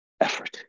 effort